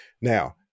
now